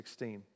16